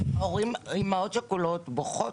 אין ספק שיש פה ריקוד מורכב.